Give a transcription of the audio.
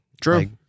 True